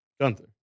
Gunther